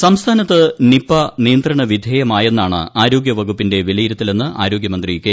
K Shailaja സംസ്ഥാനത്ത് Nipah നിയന്ത്രണവിധേയമാക്യിന്നാണ് ആരോഗ്യവകുപ്പി ന്റെ വിലയിരുത്തലെന്ന് ആരോഗ്യമന്ത്രി ക്കെ